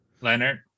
Leonard